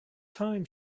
time